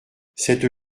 cette